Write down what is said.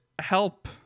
help